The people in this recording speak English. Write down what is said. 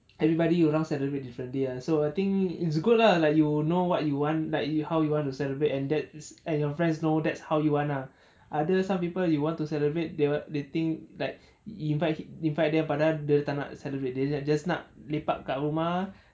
everybody orang celebrate differently ah so I think it's good lah like you know what you want like you how you want to celebrate and that's and your friends you know that's how you want ah ada some people you want to celebrate they will they think that invite invite dia padahal dia tak nak celebrate they are just nak lepak kat rumah